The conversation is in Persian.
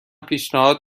پیشنهاد